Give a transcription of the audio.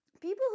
people